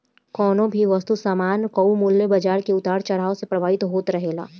कवनो भी वस्तु सामान कअ मूल्य बाजार के उतार चढ़ाव से प्रभावित होत रहेला